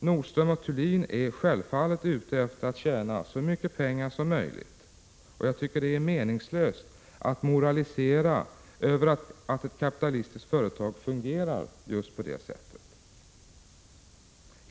Nordström & Thulin är självfallet ute efter att tjäna så mycket pengar som möjligt, och jag tycker att det är meningslöst att moralisera över att ett kapitalistiskt företag fungerar just på det sättet.